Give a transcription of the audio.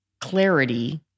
clarity